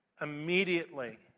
Immediately